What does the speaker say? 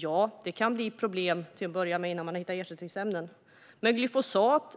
Ja, det kan bli problem till att börja med innan ersättningsämnen har tagits fram. Men glyfosat